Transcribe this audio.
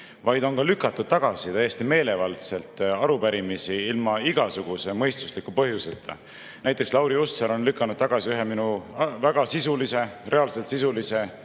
vaid on ka lükatud täiesti meelevaldselt arupärimisi tagasi ilma igasuguse mõistusliku põhjuseta. Näiteks on Lauri Hussar lükanud tagasi ühe minu väga sisulise, reaalselt sisulise,